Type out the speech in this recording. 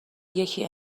یکی